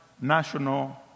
National